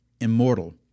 immortal